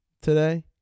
today